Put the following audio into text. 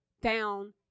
down